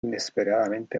inesperadamente